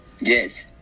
Yes